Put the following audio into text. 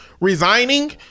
resigning